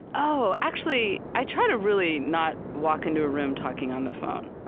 oh, actually, i try to really not walk into a room talking on the phone.